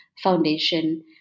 Foundation